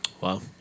Wow